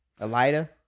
Elida